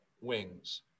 wings